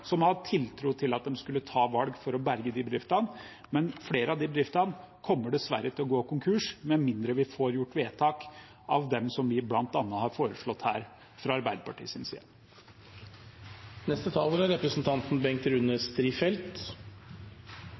har hatt tiltro til at de skulle ta valg for å berge de bedriftene. Men flere av de bedriftene kommer dessverre til å gå konkurs med mindre vi får gjort vedtak av den typen som vi bl.a. har foreslått her, fra